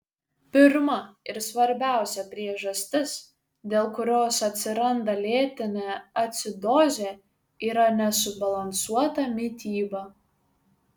pirma ir svarbiausia priežastis dėl kurios atsiranda lėtinė acidozė yra nesubalansuota mityba